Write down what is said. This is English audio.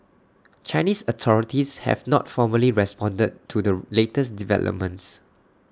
Chinese authorities have not formally responded to the latest developments